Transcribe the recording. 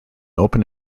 open